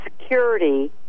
security